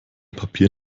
papier